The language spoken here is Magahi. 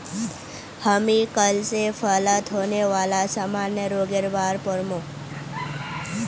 हामी कल स फलत होने वाला सामान्य रोगेर बार पढ़ मु